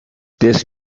this